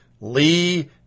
Lee